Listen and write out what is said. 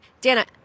Dana